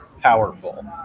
powerful